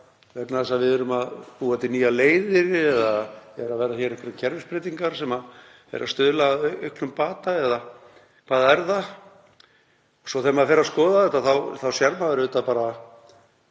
vegna þess að við erum að búa til nýjar leiðir eða eru að verða hér einhverjar kerfisbreytingar sem eru að stuðla að auknum bata? Hvað er það? Svo þegar maður fer að skoða þetta þá sér maður auðvitað bara